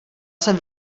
jsem